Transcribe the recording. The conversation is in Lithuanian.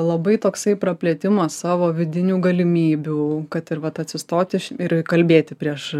labai toksai praplėtimas savo vidinių galimybių kad ir vat atsistoti iš ir kalbėti prieš